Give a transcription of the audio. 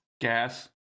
Gas